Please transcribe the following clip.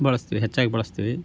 ಬಳಸ್ತೀವಿ ಹೆಚ್ಚಾಗಿ ಬಳಸ್ತೀವಿ